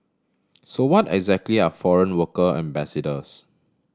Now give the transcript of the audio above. so what exactly are foreign worker ambassadors